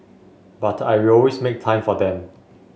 but I will always make time for them